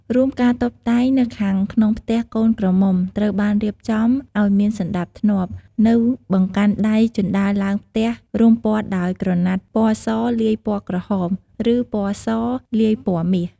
រួមការតុបតែងនៅខាងក្នុងផ្ទះកូនក្រមុំ ត្រូវបានរៀបចំអោយមានសណ្តាប់ធ្នាប់ នៅបង្កាន់ដៃជណ្តើរឡើងផ្ទះរំព័ន្ធដោយក្រណាត់ពណ៌សលាយពណ៌ក្រហម ឬ ពណ៌សលាយពណ៌មាស។